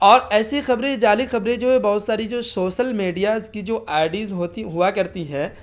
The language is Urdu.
اور ایسی خبریں جعلی خبریں جو ہے بہت ساری جو شوسل میڈیاز کی جو آئیڈیز ہوتی ہوا کرتی ہے